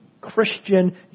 Christian